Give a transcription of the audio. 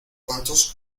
cuantos